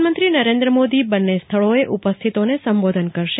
પ્રધાનમંત્રી નરેન્દ્ર મોદી બંને સ્થળોએ ઉપસ્થિતોને સંબોધન કરશે